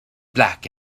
black